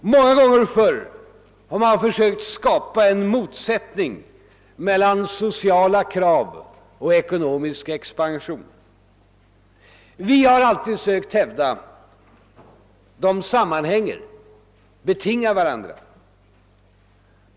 Många gånger förr har man försökt skapa en motsättning mellan sociala krav och ekonomisk expansion. Vi har alltid sökt hävda att de sammanhänger, betingar varandra.